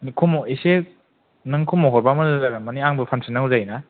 खमाव एसे नों खमाव हरब्ला मोजां जागोन माने आंबो फानफिननांगौ जायो ना